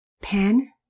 Pen